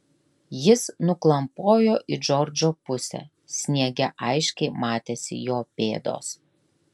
jis nuklampojo į džordžo pusę sniege aiškiai matėsi jo pėdos